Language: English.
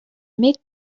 mid